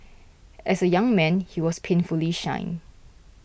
as a young man he was painfully shy